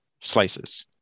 slices